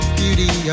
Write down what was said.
beauty